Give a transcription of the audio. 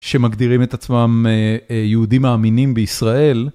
שמגדירים את עצמם יהודים מאמינים בישראל.